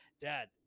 dad